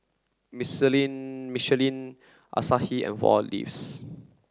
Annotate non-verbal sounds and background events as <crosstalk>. <unintelligible> Michelin Asahi and Four Leaves